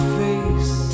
face